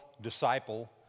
disciple